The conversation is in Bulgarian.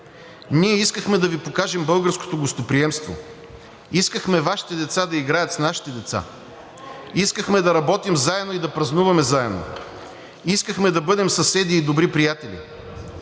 Ние искахме да Ви покажем българското гостоприемство, искахме Вашите деца да играят с нашите деца, искахме да работим заедно и да празнуваме заедно, искахме да бъдем съседи и добри приятели.